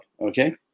okay